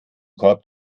korb